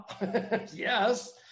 yes